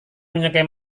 menyukai